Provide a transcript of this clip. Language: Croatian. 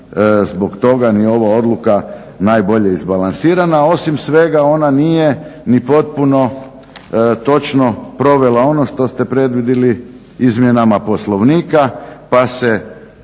zbog toga ni ova odluka najbolje izbalansirana. Osim svega ona nije ni potpuno točno provela ono što ste predvidili izmjenama Poslovnika pa se